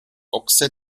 ochse